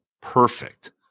perfect